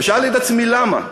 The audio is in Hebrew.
ושאלתי את עצמי למה.